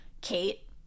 Kate